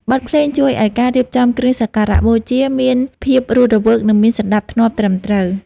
បទភ្លេងជួយឱ្យការរៀបចំគ្រឿងសក្ការៈបូជា មានភាពរស់រវើក និងមានសណ្ដាប់ធ្នាប់ត្រឹមត្រូវ។